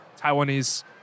Taiwanese